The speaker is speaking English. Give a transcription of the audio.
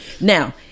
now